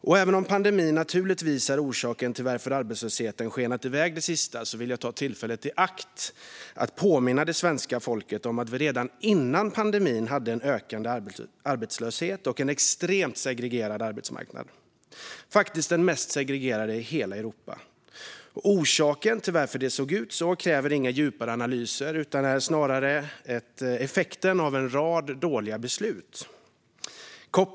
Och även om pandemin naturligtvis är orsaken till att arbetslösheten har skenat iväg under den sista tiden vill jag ta tillfället i akt att påminna det svenska folket om att vi redan före pandemin hade en ökande arbetslöshet och en extremt segregerad arbetsmarknad, faktiskt den mest segregerade i hela Europa. Orsaken till att det såg ut så kräver inga djupare analyser. Det är snarare effekten av en rad dåliga beslut.